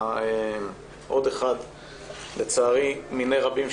עוד אחד לצערי מני רבים,